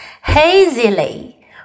hazily